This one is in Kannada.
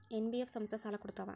ಎನ್.ಬಿ.ಎಫ್ ಸಂಸ್ಥಾ ಸಾಲಾ ಕೊಡ್ತಾವಾ?